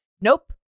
nope